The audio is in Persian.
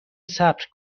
صبر